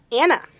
Anna